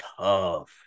Tough